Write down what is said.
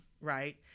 right